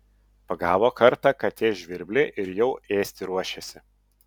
pagavo kartą katė žvirblį ir jau ėsti ruošiasi